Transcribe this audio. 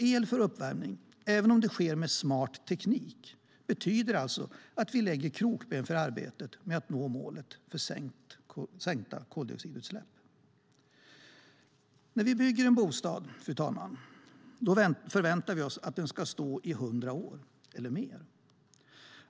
El för uppvärmning, även om det sker med smart teknik, betyder alltså att vi lägger krokben för arbetet med att nå målet för sänkta koldioxidutsläpp. Fru talman! När vi bygger en bostad förväntar vi oss att den ska stå i hundra år eller mer.